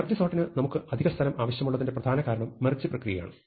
merge സോർട്ടിന് നമുക്ക് അധിക സ്ഥലം ആവശ്യമുള്ളതിന്റെ പ്രധാന കാരണം മെർജ് പ്രക്രിയയാണ്